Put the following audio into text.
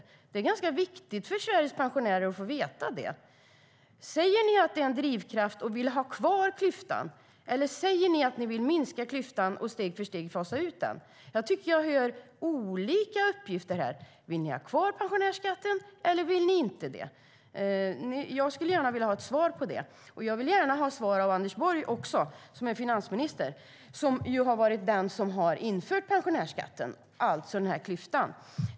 Det är ganska viktigt för Sveriges pensionärer att få veta det. Säger ni att det är en drivkraft och att klyftan ska vara kvar, eller säger ni att ni vill minska klyftan och steg för steg fasa ut den? Jag tycker mig höra olika uppgifter här. Vill ni ha kvar pensionärsskatten eller inte? Jag skulle gärna vilja ha ett svar på det, och jag vill gärna ha svar från Anders Borg, som är finansminister och är den som har infört pensionärsskatten, det vill säga den här klyftan.